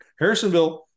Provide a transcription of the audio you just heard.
Harrisonville